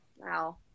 Wow